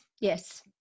Yes